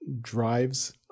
drives